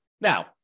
Now